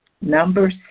Number